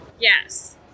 Yes